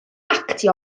actio